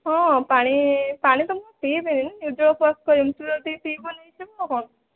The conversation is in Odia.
ହଁ ପାଣି ପାଣି ତ ମୁଁ ପିଇବିନି ନିର୍ଜ୍ଜଳା ଉପବାସ କରିବି ତୁ ଯଦି ପିଇବୁ ନେଇଯିବୁ ଆଉ କଣ